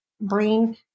brain